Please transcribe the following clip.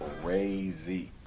Crazy